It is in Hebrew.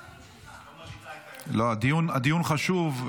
לא, הדיון חשוב.